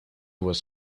was